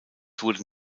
wurde